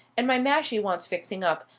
and my mashie wants fixing up.